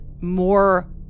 more